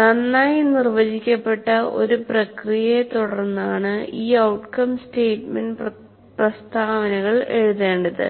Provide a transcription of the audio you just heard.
നന്നായി നിർവചിക്കപ്പെട്ട ഒരു പ്രക്രിയയെ തുടർന്നാണ് ഈ ഔട്ട് കം സ്റ്റേറ്റ്മെന്റ് പ്രസ്താവനകൾ എഴുതേണ്ടത്